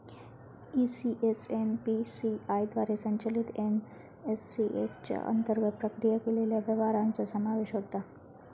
ECS NPCI द्वारे संचलित NACH च्या अंतर्गत प्रक्रिया केलेल्या व्यवहारांचो समावेश होता